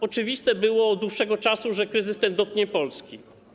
Oczywiste było od dłuższego czasu, że kryzys ten dotknie i Polski.